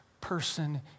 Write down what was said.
person